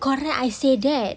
correct I say that